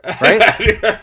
right